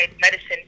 medicine